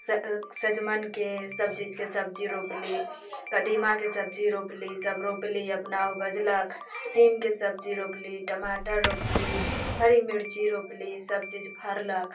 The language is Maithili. सजमनिके सब चीजके सब्जी रोपली कदीमाके सब्जी रोपली ई सब रोपली अपना उपजलक सीमके सब्जी रोपली टमाटर रोपली हरी मिर्ची रोपली ई सब चीज फड़लक